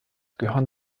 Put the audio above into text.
gehören